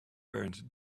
burned